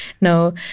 No